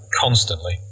constantly